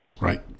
Right